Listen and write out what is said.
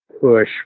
push